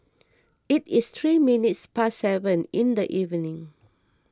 it is three minutes past seven in the evening